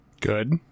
Good